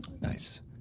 Nice